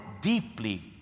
deeply